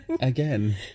Again